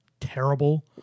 terrible